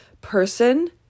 person